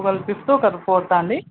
ఒకళ్ళు ఫిఫ్త్ ఒకరు ఫోర్తా అండి